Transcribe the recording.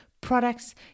products